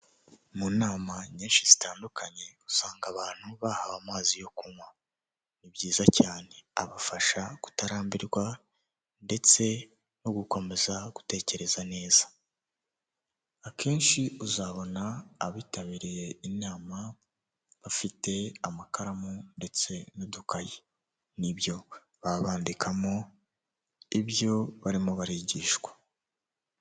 Mu nama nyinshi zitandukanye usanga abantu bahawe amazi yo kunywa, ni byiza cyane abafasha kutarambirwa ndetse no gukomeza gutekereza neza. Akenshi uzabona abitabiriye inama bafite amakaramu ndetse n'udukaye, ni byo baba bandikamo ibyo barimo barigishwa.